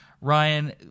Ryan